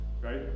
Right